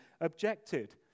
objected